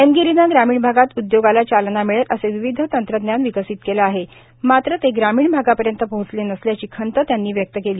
एमगिरीने ग्रामीण भागात उदयोगाला चालना मिळेल असे विविध तंत्रज्ञान विकसित केले आहे मात्र ते ग्रामीण भागापर्यंत पोहचले नसल्याची खंत त्यांनी व्यक्त केली